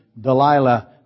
Delilah